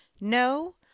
no